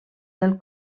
del